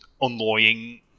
annoying